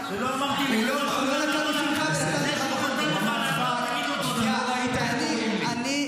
חבר הכנסת נאור, נא לסיים, בבקשה.